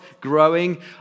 growing